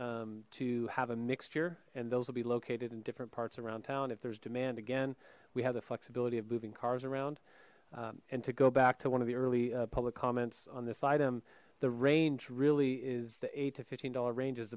to have a mixture and those will be located in different parts around town if there's demand again we have the flexibility of moving cars around and to go back to one of the early public comments on this item the range really is the eight to fifteen dollar range is